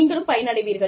நீங்களும் பயனடைவீர்கள்